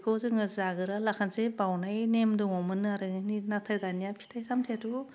बेखौ जोङो जागोरना लाखासै बाउनाय नेम दङमोननो आरो नाथाय दानिया फिथाइ सामथाइयाथ'